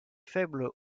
faible